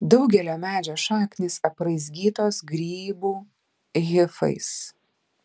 daugelio medžių šaknys apraizgytos grybų hifais